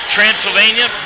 Transylvania